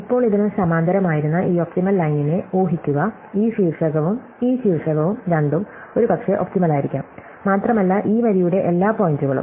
ഇപ്പോൾ ഇതിന് സമാന്തരമായിരുന്ന ഈ ഒപ്റ്റിമൽ ലൈനിനെ ഊഹിക്കുക ഈ ശീർഷകവും ഈ ശീർഷകവും രണ്ടും ഒരുപക്ഷേ ഒപ്റ്റിമൽ ആയിരിക്കാം മാത്രമല്ല ഈ വരിയുടെ എല്ലാ പോയിന്റുകളും